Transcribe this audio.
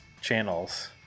channels